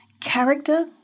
character